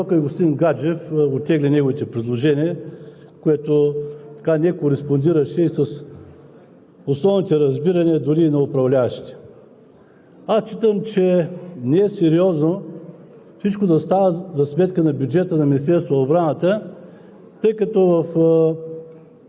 още веднъж показва, че ние не взимаме на сериозно окомплектоването на Българската армия. Именно и в тази посока и господин Гаджев оттегли неговите предложения, което не кореспондираше и с основните разбирания дори и на управляващите.